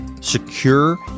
secure